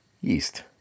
yeast